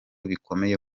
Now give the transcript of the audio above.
bikomeye